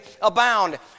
abound